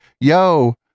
Yo